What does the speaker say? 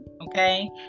okay